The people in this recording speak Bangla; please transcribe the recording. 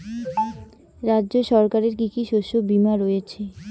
রাজ্য সরকারের কি কি শস্য বিমা রয়েছে?